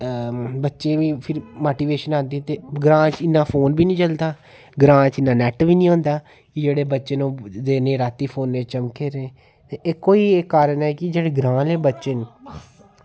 बच्चें ई फिर मोटिवेशन आंदी ते ग्रांऽ च इन्ना फोन बी नेईं चलदा ग्रांऽ च इन्ने नेट बी निं चलदा ते एह् जेह्ड़े बच्चे न ओह् दिनें राती फोनै ई चमकै दे रेह् ते इक्क ओह् ई कारण ऐ कि जेह्ड़े ग्रांऽ दे बच्चे न